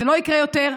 זה לא יקרה יותר,